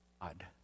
God